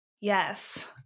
Yes